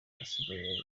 abasigaye